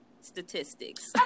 statistics